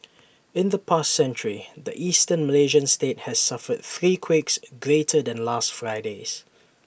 in the past century the Eastern Malaysian state has suffered three quakes greater than last Friday's